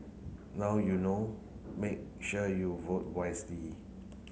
now you know make sure you vote wisely